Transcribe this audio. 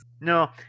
No